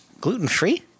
Gluten-free